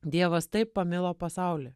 dievas taip pamilo pasaulį